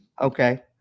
Okay